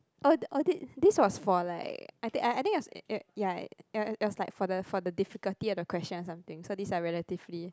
oh oh this this was for like I think I think uh ya it was like it was like for the for the difficulty of the question or something so this are relatively